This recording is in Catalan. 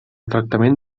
tractament